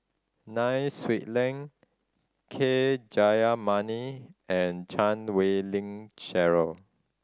Nai Swee Leng K Jayamani and Chan Wei Ling Cheryl